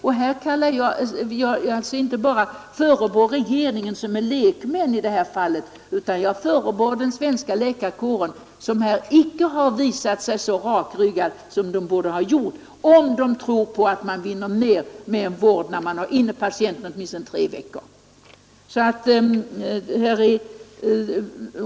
Jag förebrår inte bara regeringen, som är lekmän i detta fall, utan jag förebrår den svenska läkarkåren, som inte har visat sig så rakryggad som den borde ha gjort om den tror på att man vinner mer med en vård där patienten hålls inne åtminstone tre veckor.